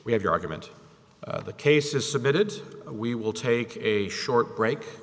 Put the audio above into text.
we have your argument the case is submitted we will take a short break